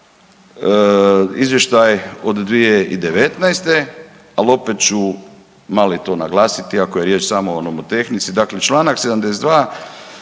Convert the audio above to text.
izvještaj od 2019., ali opet ću malo i to naglasiti, iako je riječ samo o nomotehnici. Dakle, čl. 72.